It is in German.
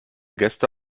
gäste